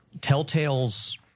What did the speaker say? telltale's